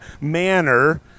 manner